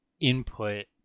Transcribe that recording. input